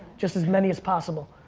just as many as possible.